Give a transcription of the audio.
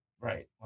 Right